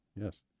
yes